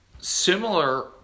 similar